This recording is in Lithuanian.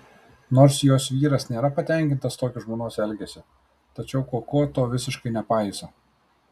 nors jos vyras nėra patenkintas tokiu žmonos elgesiu tačiau koko to visiškai nepaiso